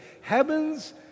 heavens